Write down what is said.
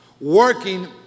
working